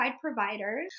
providers